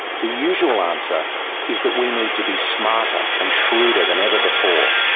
the usual answer is that we need to be smarter and shrewder than ever before.